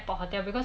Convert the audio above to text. frosted